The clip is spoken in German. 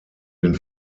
den